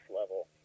level